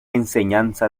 enseñanza